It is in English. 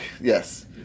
yes